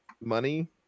money